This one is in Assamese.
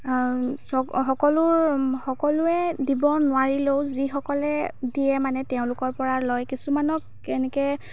চব সকলোৰ সকলোৱে দিব নোৱাৰিলেও যিসকলে দিয়ে মানে তেওঁলোকৰ পৰা লয় কিছুমানক এনেকৈ